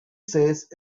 says